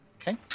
Okay